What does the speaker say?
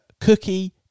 cookie